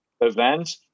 event